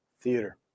Theater